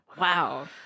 Wow